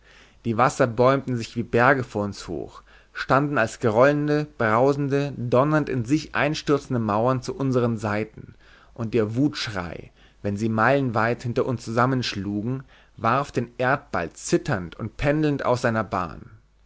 die wasser bäumten sich wie berge vor uns hoch standen als grollende brausende donnernd in sich einstürzende mauern zu unseren seiten und ihr wutschrei wenn sie meilenweit hinter uns zusammenschlugen warf den erdball zitternd und pendelnd aus seiner bahn